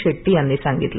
शेड्टी यांनी सांगितलं